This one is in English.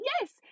yes